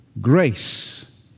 grace